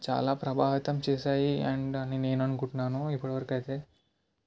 చాలా ప్రభావితం చేశాయి అండ్ అని నేను అనుకుంటున్నాను ఇప్పటివరకు అయితే